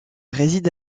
réside